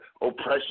oppression